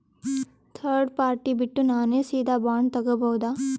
Third party ಬಿಟ್ಟು ನಾನೇ ಸೀದಾ ಬಾಂಡ್ ತೋಗೊಭೌದಾ?